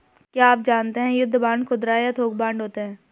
क्या आप जानते है युद्ध बांड खुदरा या थोक बांड होते है?